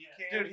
Dude